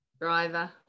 Driver